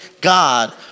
God